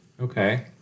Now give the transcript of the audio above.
Okay